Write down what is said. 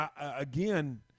again